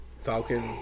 Falcon